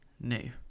new